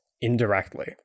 indirectly